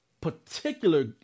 particular